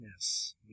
Yes